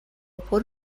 por